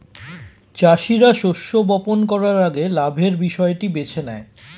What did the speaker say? চাষীরা শস্য বপন করার আগে লাভের বিষয়টি বেছে নেয়